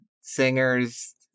singer's